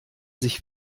sich